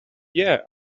yeah